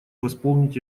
восполнить